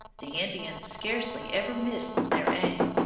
the indians scarcely ever missed their aim,